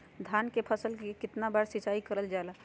धान की फ़सल को कितना बार सिंचाई करल जा हाय?